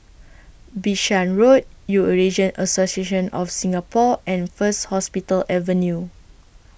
Bishan Road Eurasian Association of Singapore and First Hospital Avenue